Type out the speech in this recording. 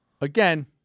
again